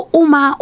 uma